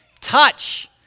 touch